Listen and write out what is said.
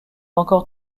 encore